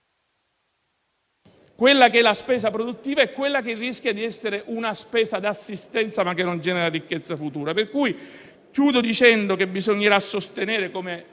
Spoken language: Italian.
quale è la spesa produttiva e di quale rischia di essere una spesa di assistenza che non genera ricchezza futura. Concludo dicendo che bisognerà sostenere, come